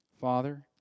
Father